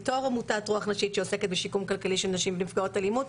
בתור עמותת רוח נשית שעוסקת בשיקום כלכלי של נשים נפגעות אלימות,